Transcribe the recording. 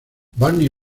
barney